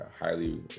highly